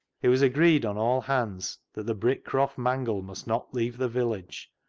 it was agreed on all hands that the brick-croft mangle must not leave the village,